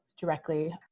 directly